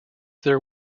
their